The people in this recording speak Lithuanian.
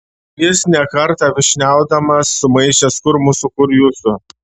jis ne kartą vyšniaudamas sumaišęs kur mūsų kur jūsų